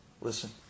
listen